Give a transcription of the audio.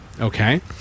Okay